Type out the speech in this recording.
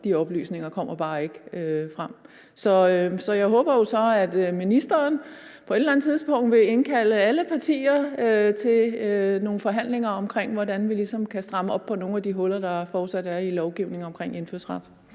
de oplysninger ikke kommer frem. Jeg håber jo så, at ministeren på et eller andet tidspunkt vil indkalde alle partier til nogle forhandlinger omkring, hvordan vi ligesom kan stramme op på nogle af de huller, der fortsat er i lovgivningen omkring indfødsret.